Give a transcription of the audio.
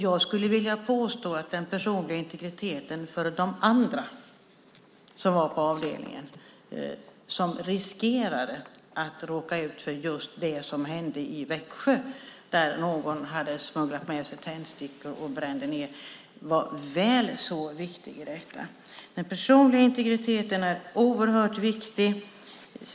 Jag skulle vilja påstå att den personliga integriteten för de andra som var på avdelningen och som riskerade att råka ut för det som hände i Växjö där någon hade smugglat med sig tändstickor och startade en brand var väl så viktig i detta sammanhang. Den personliga integriteten är oerhört viktig.